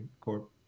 Corp